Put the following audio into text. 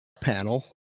panel